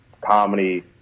comedy